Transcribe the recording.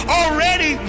already